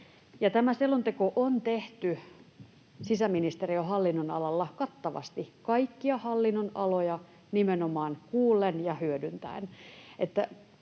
Tämä selonteko on tehty sisäministeriön hallinnonalalla kattavasti kaikkia hallin-nonaloja nimenomaan kuullen ja hyödyntäen.